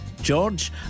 George